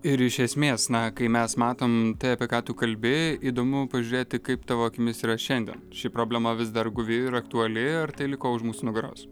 ir iš esmės na kai mes matom tai apie ką tu kalbi įdomu pažiūrėti kaip tavo akimis yra šiandien ši problema vis dar guvi ir aktuali ar tai liko už mūsų nugaros